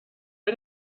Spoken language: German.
bei